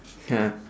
ya